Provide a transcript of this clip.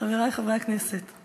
חברי חברי הכנסת,